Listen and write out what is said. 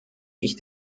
ich